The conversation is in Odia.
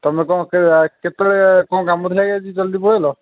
ତମେ କ'ଣ କେତେବେଳେ କ'ଣ ଥିଲା କି ଆଜି ଜଲ୍ଦି ପଳେଇଲ